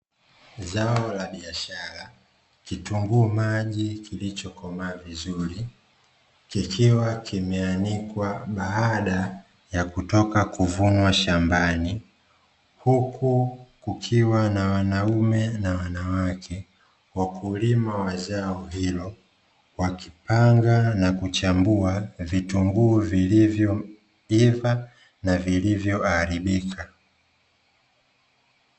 Zao la biashara kitunguu maji kilichokomaa vizuri kikiwa kimeanikwa baada ya kutoka kuvunwa shambani. Huku kukiwa na wanaume na wanawake wakulima wa zao hilo, wakipanga na kuchambua vitunguu vilivyoivaa na vilivyoharibika.